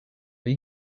are